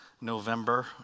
November